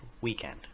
weekend